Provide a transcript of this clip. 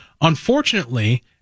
Unfortunately